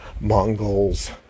Mongols